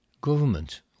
government